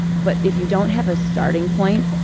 but if you don't have a starting point,